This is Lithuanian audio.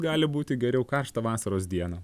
gali būti geriau karštą vasaros dieną